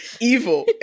evil